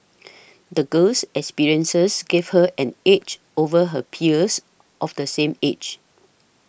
the girl's experiences gave her an edge over her peers of the same age